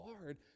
hard